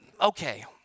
okay